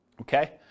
Okay